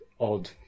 odd